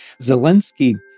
Zelensky